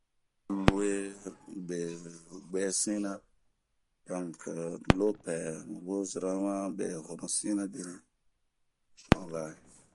Luwe bee bwuɛ sina ,donke lopɛɛ n'we zerema be honu sinre, bini ŋala.